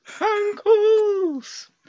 Ankles